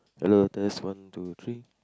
hello test one two three